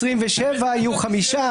עד 2024 יהיו שלושה, עד 2027 יהיו חמישה.